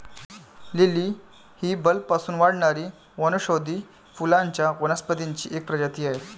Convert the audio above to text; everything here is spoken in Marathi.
लिली ही बल्बपासून वाढणारी वनौषधी फुलांच्या वनस्पतींची एक प्रजाती आहे